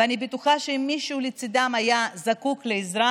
ואני בטוחה שאם מישהו לצידם היה זקוק לעזרה